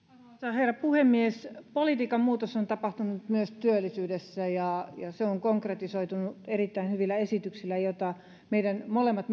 herra puhemies politiikan muutos on tapahtunut myös työllisyydessä ja se on konkretisoitunut erittäin hyvillä esityksillä joita meidän molemmat